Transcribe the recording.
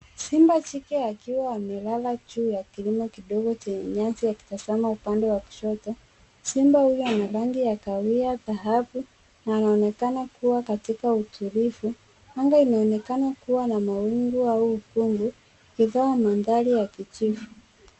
Simba jike akiwa amelala juu ya kilima kidogo chenye nyasi akitazama upande wa kushoto. Simba huyu anarangi ya kahawia, dhahabu na anaonekana kuwa katika utulivu. Anga inaonekana kuwa na mawingu au ukungu ikitoa mandhari ya kijivu.